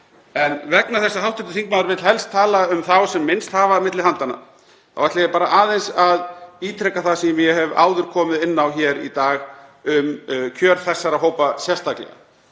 En vegna þess að hv. þingmaður vill helst tala um þá sem minnst hafa milli handanna þá ætla ég aðeins að ítreka það sem ég hef áður komið inn á hér í dag um kjör þessara hópa sérstaklega.